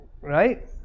right